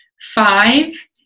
Five